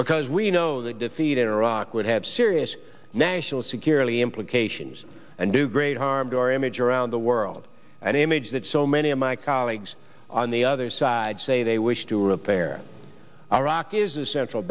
because we know that defeat in iraq would have serious national security implications and do great harm to our image around the world and image that so many of my colleagues on the other side say they wish to repair iraq is the central